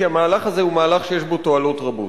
המהלך הזה הוא מהלך שיש בו תועלות רבות.